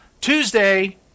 Tuesday